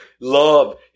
Love